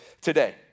today